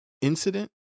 incident